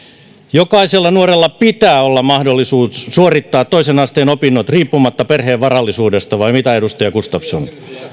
jokaisella nuorella pitää olla mahdollisuus suorittaa toisen asteen opinnot riippumatta perheen varallisuudesta vai mitä edustaja gustafsson